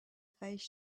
face